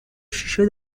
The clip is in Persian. شیشه